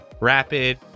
rapid